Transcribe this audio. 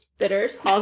Bitters